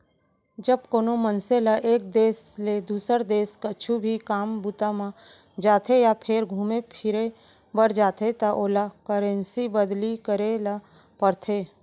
जब कोनो मनसे ल एक देस ले दुसर देस कुछु भी काम बूता म जाथे या फेर घुमे फिरे बर जाथे त ओला करेंसी बदली करे ल परथे